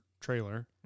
trailer